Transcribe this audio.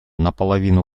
наполовину